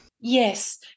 Yes